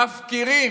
מפקירים.